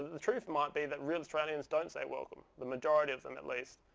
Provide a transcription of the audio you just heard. the truth might be that real australians don't say welcome, the majority of them at least.